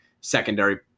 secondary